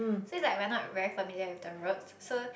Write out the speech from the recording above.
so it's like we're not very familiar with the roads so